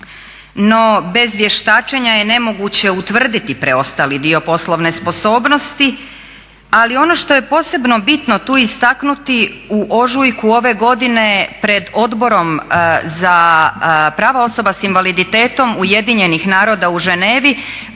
no bez vještačenja je nemoguće utvrditi preostali dio poslovne sposobnosti. Ali ono što je posebno bitno tu istaknuti u ožujku ove godine pred Odborom za prava osoba s invaliditetom UN-a u Ženevi